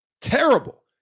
terrible